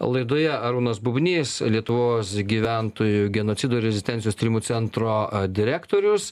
laidoje arūnas bubnys lietuvos gyventojų genocido rezistencijos tyrimų centro direktorius